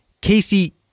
Casey